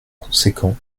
conséquent